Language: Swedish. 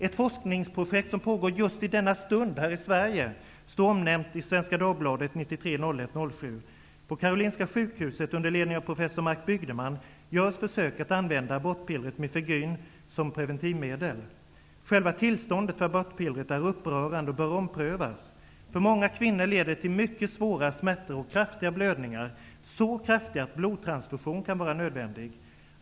Ett forskningsprojket som pågår just i denna stund, här i Sverige, stod omnämnt i Svenska Dagbladet den 7 januari i år. På Karolinska sjukhuset, under ledning av professor Marc Bygdeman, görs försök att använda abortpillret Mifegyne som preventivmedel. Själva tillståndet för abortpillret är upprörande och bör omprövas. För många kvinnor leder det till mycket svåra smärtor och kraftiga blödningar, så kraftiga att blodtransfusion kan vara nödvändig.